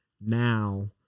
now